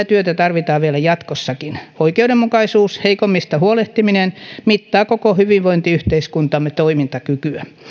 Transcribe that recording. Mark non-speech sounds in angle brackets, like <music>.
<unintelligible> työtä tarvitaan vielä jatkossakin oikeudenmukaisuus heikommista huolehtiminen mittaa koko hyvinvointiyhteiskuntamme toimintakykyä